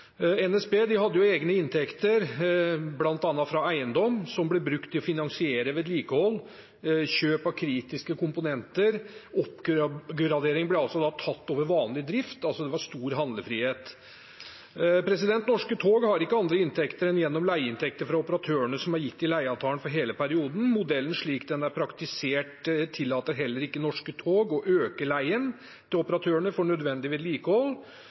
NSB hadde egne inntekter, bl.a. fra eiendom, som ble brukt til å finansiere vedlikehold, kjøp av kritiske komponenter. Oppgradering ble da tatt over vanlig drift, det var altså stor handlefrihet. Norske tog har ikke andre inntekter enn gjennom leieinntekter fra operatørene som er gitt i leieavtalen for hele perioden. Modellen slik den er praktisert, tillater heller ikke Norske tog å øke leien til operatørene for nødvendig vedlikehold.